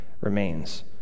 remains